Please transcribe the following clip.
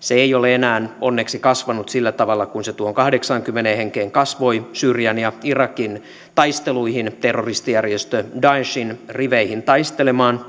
se ei ole enää onneksi kasvanut sillä tavalla kuin se tuohon kahdeksaankymmeneen henkeen kasvoi syyrian ja irakin taisteluihin terroristijärjestö daeshin riveihin taistelemaan